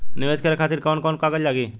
नीवेश करे खातिर कवन कवन कागज लागि?